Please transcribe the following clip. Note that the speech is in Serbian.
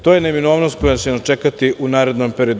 To je neminovnost koja će nas čekati u narednom periodu.